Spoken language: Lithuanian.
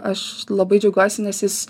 aš labai džiaugiuosi nes jis